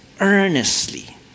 earnestly